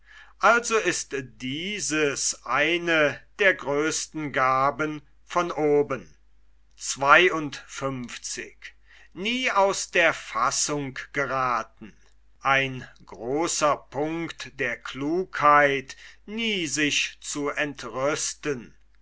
also ist dieses eine der größten gaben von oben ein großer punkt der klugheit nie sich zu entrüsten